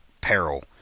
peril